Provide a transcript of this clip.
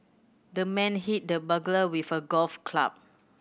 the man hit the burglar with a golf club